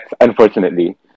unfortunately